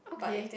okay